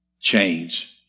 change